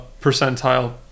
percentile